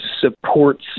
supports